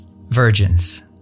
virgins